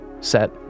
set